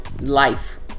life